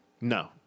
No